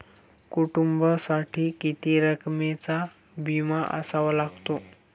कुटुंबासाठी किती रकमेचा विमा असावा लागतो?